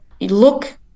look